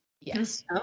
Yes